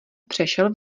přešel